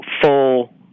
full